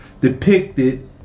depicted